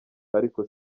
ariko